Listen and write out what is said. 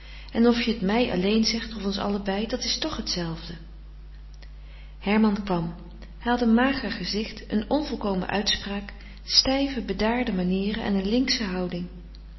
en of je t mij alleen zegt of ons allebei dat is toch hetzelfde herman kwam hij had een mager gezicht een onvolkomen uitspraak stijve bedaarde manieren en een linksche houding